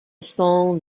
song